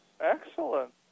Excellent